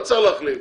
לא צריך להחליף.